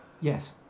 Yes